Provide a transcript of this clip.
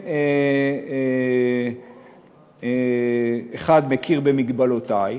כן, 1. מכיר במגבלותי,